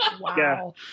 Wow